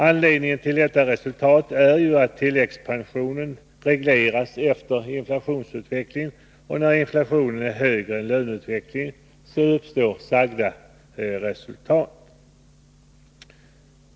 Anledningen till detta resultat är ju att tilläggspensionen regleras efter inflationsutvecklingen, och när inflationen är högre än löneutvecklingen uppstår nämnda resultat.